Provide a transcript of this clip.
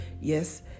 yes